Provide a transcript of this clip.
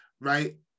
right